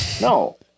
No